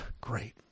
Great